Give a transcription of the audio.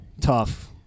tough